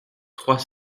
trois